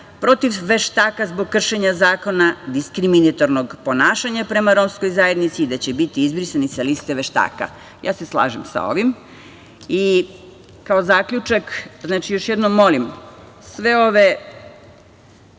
protiv veštaka zbog kršenja zakona, diskriminatornog ponašanja prema romskoj zajednici i da će biti izbrisani sa liste veštaka. Ja se slažem sa ovim. Kao zaključak, još jednom molim sve ove